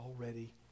already